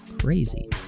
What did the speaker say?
crazy